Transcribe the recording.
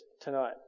tonight